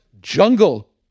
jungle